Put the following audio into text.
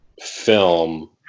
film